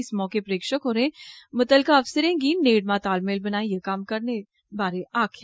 इस मौके प्ररेक्षक होरें मुतलका अफसरें गी नेडमा तालमेल बनाइये कम्म करने बारै आक्खेआ